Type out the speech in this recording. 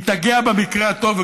היא תגיע במקרה הטוב,